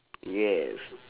yes